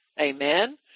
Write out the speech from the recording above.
Amen